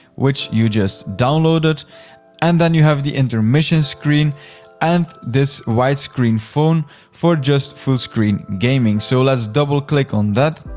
which you just downloaded and then you have the intermission screen and this widescreen phone for just full-screen gaming. so let's double click on that,